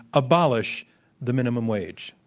abolish the minimum wage.